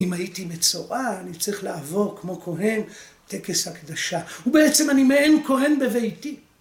אם הייתי מצורע אני צריך לעבור כמו כהן טקס הקדשה, ובעצם אני מעין כהן בביתי